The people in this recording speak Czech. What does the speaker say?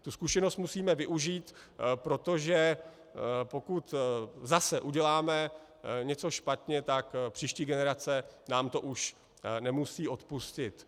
Tu zkušenost musíme využít, protože pokud zase uděláme něco špatně, tak příští generace nám to už nemusí odpustit.